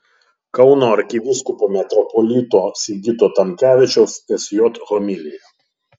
kauno arkivyskupo metropolito sigito tamkevičiaus sj homilija